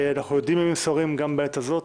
אנחנו יודעים ימים סוערים גם בעת הזאת.